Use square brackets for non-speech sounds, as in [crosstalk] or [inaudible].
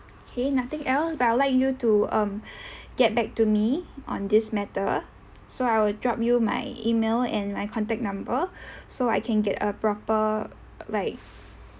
K nothing else but I'd like you to um [breath] get back to me on this matter so I will drop you my email and my contact number [breath] so I can get a proper like